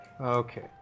Okay